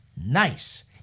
nice